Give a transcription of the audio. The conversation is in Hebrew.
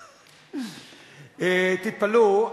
תתפלאו,